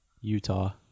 Utah